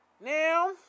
Now